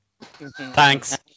Thanks